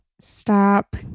Stop